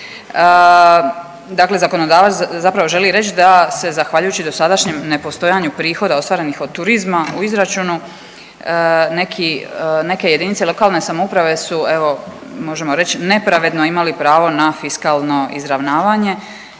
Dakle, zakonodavac zapravo želi reći da se zahvaljujući dosadašnjem nepostojanju prihoda ostvarenih od turizma u izračunu neke jedinice lokalne samouprave su evo možemo reći nepravedno imali pravo na fiskalno izravnavanje.